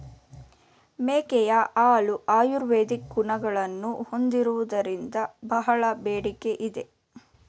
ಮೇಕೆಯ ಹಾಲು ಆಯುರ್ವೇದಿಕ್ ಗುಣಗಳನ್ನು ಹೊಂದಿರುವುದರಿಂದ ಬಹಳ ಬೇಡಿಕೆ ಇದೆ